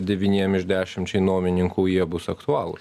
devyniem iš dešimčiai nuomininkų jie bus aktualūs